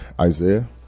Isaiah